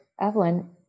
Evelyn